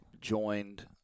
joined